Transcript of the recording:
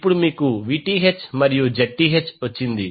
ఇప్పుడు మీకు Vth మరియు Zth వచ్చింది